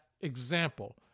example